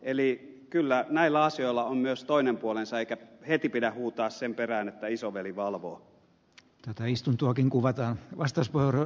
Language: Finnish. eli kyllä näillä asioilla on myös toinen puolensa eikä heti pidä huutaa sen perään että isoveli valvoo tätä istuntoakin kuvataan vasta spora